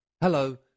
Hello